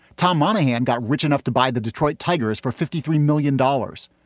tom monahan got rich enough to buy the detroit tigers for fifty three million dollars.